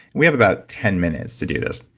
we have about ten minutes to do this.